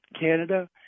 Canada